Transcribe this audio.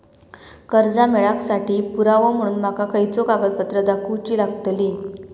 कर्जा मेळाक साठी पुरावो म्हणून माका खयचो कागदपत्र दाखवुची लागतली?